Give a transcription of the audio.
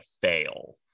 fail